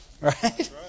Right